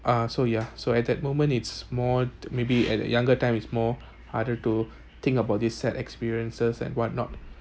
uh so ya so at that moment it's more maybe at a younger time is more harder to think about this sad experiences and what not